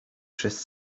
przez